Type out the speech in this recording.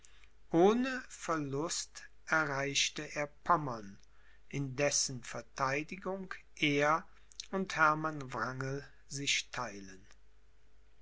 ohne verlust erreichte er pommern in dessen vertheidigung er und hermann wrangel sich theilen